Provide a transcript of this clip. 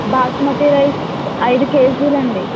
basmati rice ఐదు కేజీలండి